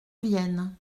vienne